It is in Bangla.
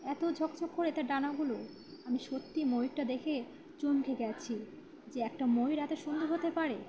এত ঝকঝক করে তার ডানাগুলো আমি সত্যি ময়ূরটা দেখে চমকে গিয়েছি যে একটা ময়ূর এত সুন্দর হতে পারে